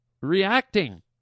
reacting